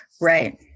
Right